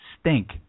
stink